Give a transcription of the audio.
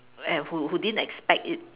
an~ who who didn't expect it